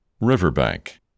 Riverbank